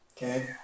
Okay